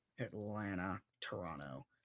Atlanta-Toronto